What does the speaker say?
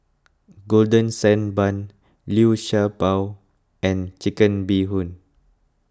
Golden Sand Bun Liu Sha Bao and Chicken Bee Hoon